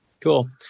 Cool